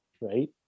right